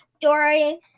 Dory